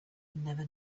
never